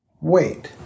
Wait